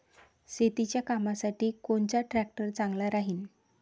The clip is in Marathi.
शेतीच्या कामासाठी कोनचा ट्रॅक्टर चांगला राहीन?